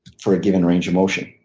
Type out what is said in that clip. for a given range of motion?